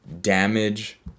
damage